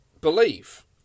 believe